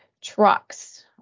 trucks